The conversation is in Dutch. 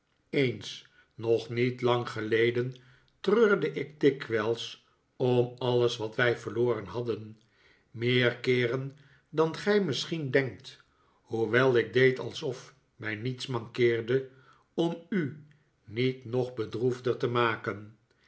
eens nog niet lang geleden treurde ik dikwijls om alles wat wij verloren hadden meer keeren dan gij misschien denkt hoewel ik deed alsof mij niets mankeerde om u niet nog bedroefder te maken